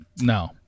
No